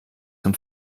zum